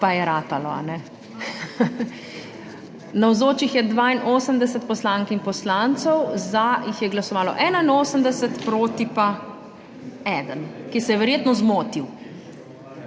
Navzočih je 82 poslank in poslancev, za jih je glasovalo 81, proti pa 1, ki se je verjetno zmotil.